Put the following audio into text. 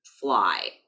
fly